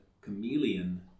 chameleon